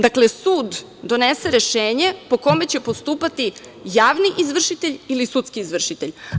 Dakle, sud donese rešenje po kome će postupati javni izvršitelj ili sudski izvršitelj.